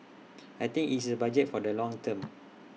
I think it's A budget for the long term